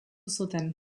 zuten